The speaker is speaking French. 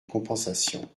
compensation